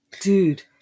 dude